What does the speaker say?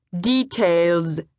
details